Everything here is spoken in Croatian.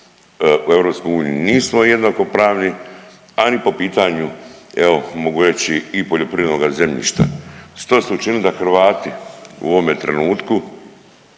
u EU nismo jednakopravni, a ni po pitanju evo mogu reći i poljoprivrednoga zemljišta. Što ste učinili da Hrvati u ovome trenutku,